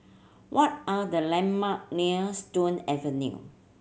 what are the landmark near Stone Avenue